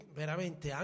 veramente